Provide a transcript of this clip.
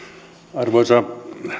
arvoisa